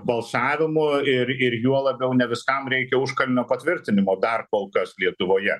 balsavimu ir ir juo labiau ne viskam reikia užkalnio patvirtinimo dar kol kas lietuvoje